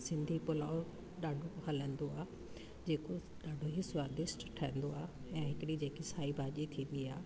सिंधी पुलाउ ॾाढो हलंदो आहे जेको ॾाढो स्वादिष्ट ठहींदो आहे ऐं हिकिड़ी जेकी साई भाॼी थींदी आहे